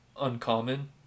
uncommon